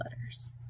letters